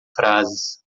frases